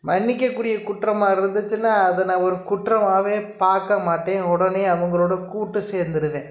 மன்னிக்கக் கூடிய குற்றமாக இருந்துச்சுன்னா அதை நான் ஒரு குற்றமாவே பார்க்க மாட்டேன் உடனே அவங்களோடு கூட்டு சேர்ந்துருவேன்